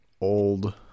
old